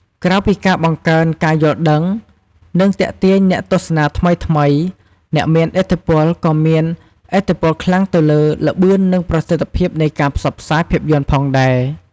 ក្រៅពីការបង្កើនការយល់ដឹង និងទាក់ទាញអ្នកទស្សនាថ្មីៗ អ្នកមានឥទ្ធិពលក៏មានឥទ្ធិពលខ្លាំងទៅលើល្បឿន និងប្រសិទ្ធភាពនៃការផ្សព្វផ្សាយភាពយន្តផងដែរ។